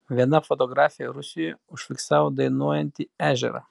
viena fotografė rusijoje užfiksavo dainuojantį ežerą